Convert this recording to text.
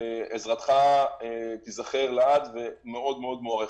עזרתך תיזכר לעד והיא מאוד מאוד מוערכת.